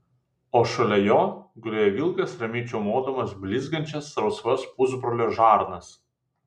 o šalia jo gulėjo vilkas ramiai čiaumodamas blizgančias rausvas pusbrolio žarnas